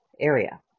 Area